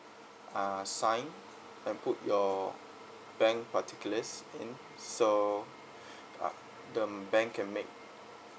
uh sign and put your bank particulars in so uh the bank can make